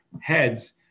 heads